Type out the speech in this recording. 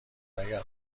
اگر